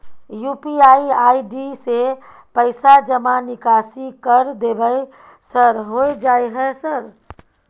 UPI ID से पैसा जमा निकासी कर देबै सर होय जाय है सर?